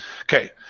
Okay